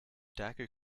dagger